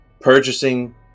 purchasing